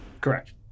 correct